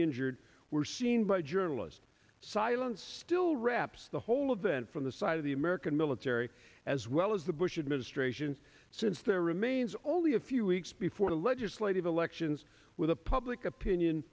injured were seen by journalists silence still wraps the whole of then from the side of the american military as well as the bush administration since their remains only a few weeks before the legislative elections with the public opinion